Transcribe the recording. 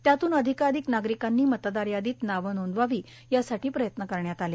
त्यातून अधिकाधिक नागरिकांनी मतदार यादीत नावे नोंदवावीए यासाठी प्रयत्न करण्यात आले